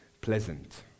Pleasant